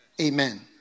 Amen